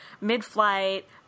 mid-flight